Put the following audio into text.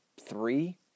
three